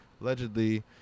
allegedly